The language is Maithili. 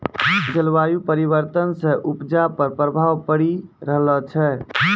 जलवायु परिवर्तन से उपजा पर प्रभाव पड़ी रहलो छै